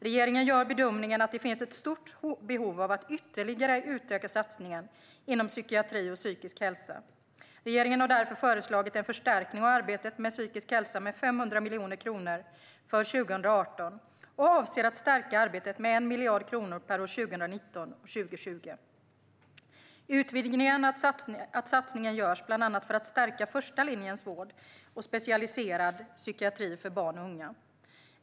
Regeringen gör bedömningen att det finns ett stort behov av att ytterligare utöka satsningen inom psykiatri och psykisk hälsa. Regeringen har därför föreslagit en förstärkning av arbetet med psykisk hälsa med 500 miljoner kronor för 2018 och avser att stärka arbetet med 1 miljard kronor per år 2019 och 2020. Utvidgningen av satsningen görs bland annat för att stärka första linjens vård och specialiserad psykiatri för barn och unga.